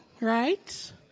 right